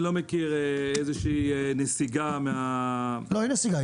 אני לא מכיר איזושהי נסיגה --- לא, אין נסיגה.